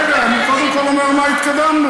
בסדר, אני קודם כול אומר במה התקדמנו.